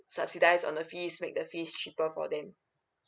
subsidise on the fees make the fees cheaper for them